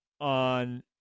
on